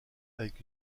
avec